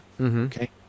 Okay